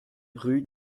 rue